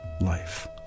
life